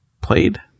played